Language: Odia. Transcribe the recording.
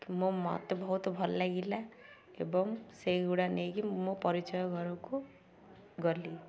ମତେ ବହୁତ ଭଲ ଲାଗିଲା ଏବଂ ସେଇଗୁଡ଼ା ନେଇକି ମୁଁ ମୋ ପରିଚୟ ଘରକୁ ଗଲି